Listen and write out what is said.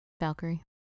Valkyrie